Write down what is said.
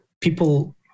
people